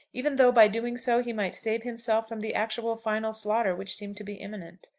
even though by doing so he might save himself from the actual final slaughter which seemed to be imminent.